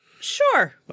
Sure